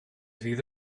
fydd